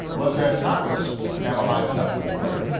let's have congress have a high-deductible plan,